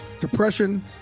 Depression